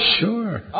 Sure